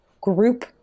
group